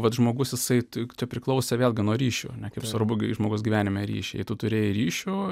vat žmogus jisai čia priklausė vėlgi nuo ryšių kaip svarbu kai žmogus gyvenime ryšiai jei tu turėjai ryšių